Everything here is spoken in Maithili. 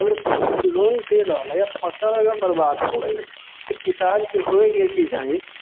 अगर लोन दे रहल अइ आओर फसल अगर बर्बाद हो गेलै तऽ किसान के होइके की चाही